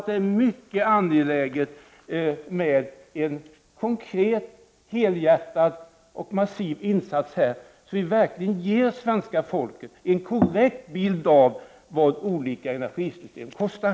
Det är mycket angeläget med en konkret, helhjärtad och massiv insats på detta område så att det svenska folket får en korrekt bild av vad olika energisystem kostar.